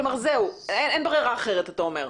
כלומר, זהו, אין ברירה אחרת, אתה אומר.